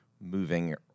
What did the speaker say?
moving